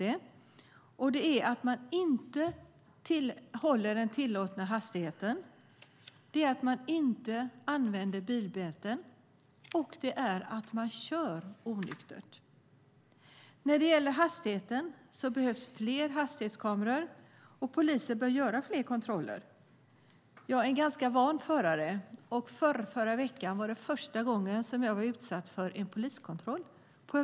Den ena är att man inte håller den tillåtna hastigheten, den andra är att man inte använder bilbälte och den tredje är att man kör onykter. När det gäller hastigheten behövs det fler hastighetskameror, och polisen bör göra fler kontroller. Jag är en ganska van förare, och förrförra veckan var det första gången på mycket länge som jag hamnade i en poliskontroll.